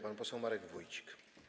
Pan poseł Marek Wójcik.